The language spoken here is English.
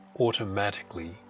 automatically